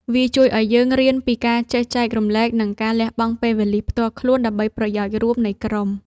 វាជួយឱ្យយើងរៀនពីការចេះចែករំលែក និងការលះបង់ពេលវេលាផ្ទាល់ខ្លួនដើម្បីប្រយោជន៍រួមនៃក្រុម។